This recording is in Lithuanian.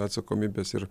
atsakomybės ir